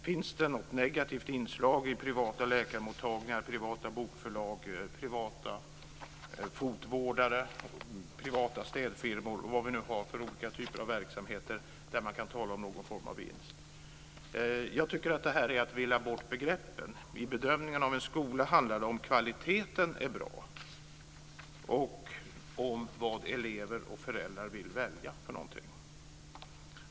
Finns det något negativt inslag i privata läkarmottagningar, privata bokförlag, privata fotvårdare, privata städfirmor och andra typer av verksamheter där man kan tala om någon form av vinst? Detta är att villa bort begreppen. Vid en bedömning av en skola handlar det om kvaliteten och om vad elever och föräldrar vill välja.